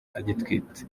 agitwite